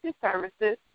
services